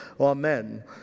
amen